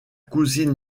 cousine